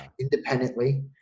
independently